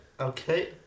Okay